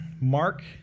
Mark